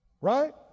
Right